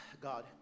god